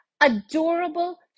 adorable